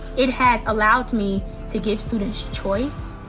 it has allowed me to give students choice.